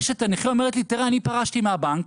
אשת הנכה אומרת לי: אני פרשתי מהבנק,